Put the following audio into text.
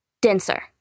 denser